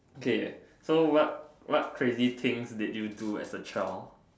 okay so what what crazy things did you do as a child